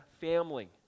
family